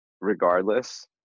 regardless